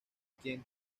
quien